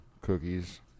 cookies